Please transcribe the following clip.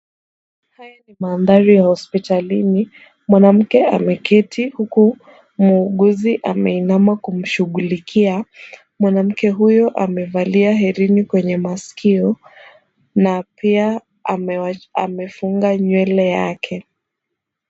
Mandhari ya hospitalini, mwanamke ameketi huku muuguzi ameinama kumshughulikia. Mwanamke huyo amevalia herini kwenye masikio na pia amefunga nywele yake.